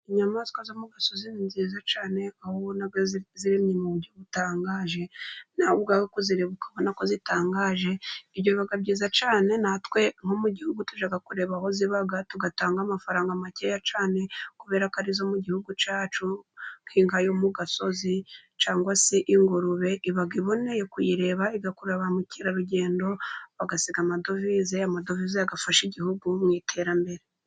Inyamaswa zo mu gasozi ni nziza cyane, aho ubona ziremye mu buryo butangaje nawe ubwawe kuzireba ukabona ko zitangaje, ibyo bikaba byiza cyane natwe bo mu gihugu dushaka kureba aho ziba, tugatanga amafaranga makeya cyane kubera ko arizo mu gihugu cyacu, nk'inka yo mu gasozi cyangwa se ingurube iba iboneye kuyireba, igakurura ba mukerarugendo bagasiga amadovize, amadovize agafasha igihugu mu iterambere.